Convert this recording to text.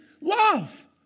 love